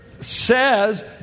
says